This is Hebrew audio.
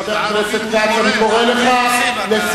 חבר הכנסת כץ, אני קורא אותך לסדר